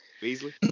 Beasley